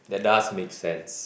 that does makes sense